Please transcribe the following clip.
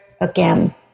again